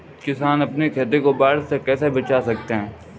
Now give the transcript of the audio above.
किसान अपनी खेती को बाढ़ से कैसे बचा सकते हैं?